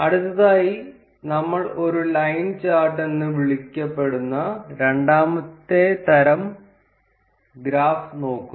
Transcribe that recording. അടുത്തതായി നമ്മൾ ഒരു ലൈൻ ചാർട്ട് എന്ന് വിളിക്കപ്പെടുന്ന രണ്ടാമത്തെ തരം ഗ്രാഫ് നോക്കുന്നു